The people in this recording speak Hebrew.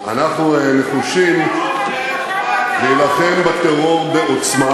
אנחנו נחושים להילחם בטרור בעוצמה,